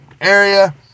area